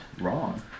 wrong